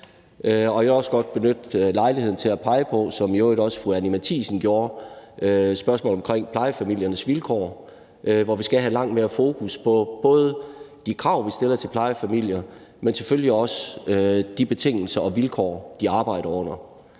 jeg vil også godt benytte lejligheden til – sådan som fru Anni Matthiesen i øvrigt også gjorde – at pege på spørgsmålet om plejefamiliernes vilkår, hvor vi skal have langt mere fokus både på de krav, vi stiller til plejefamilierne, men selvfølgelig også de betingelser og vilkår, de arbejder under.